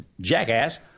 jackass